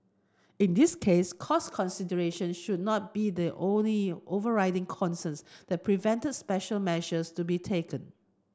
in this case cost consideration should not be the only overriding concerns that prevented special measures to be taken